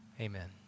amen